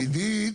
עידית,